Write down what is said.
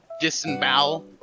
disembowel